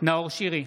נאור שירי,